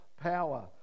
power